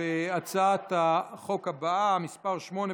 בעד, 40